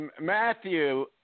Matthew